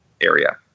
area